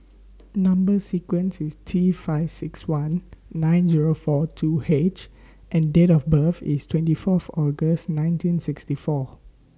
Number sequence IS T five six one nine Zero four two H and Date of birth IS twenty Fourth August nineteen sixty four